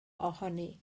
ohoni